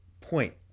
point